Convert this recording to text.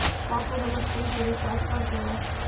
का तू हमर सिम के रिचार्ज कर देबा